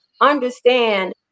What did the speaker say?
understand